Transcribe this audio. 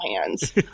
hands